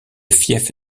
fief